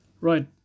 Right